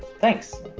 thanks.